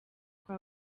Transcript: kwa